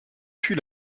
fut